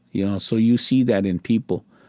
yeah so you see that in people.